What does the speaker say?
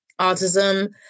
autism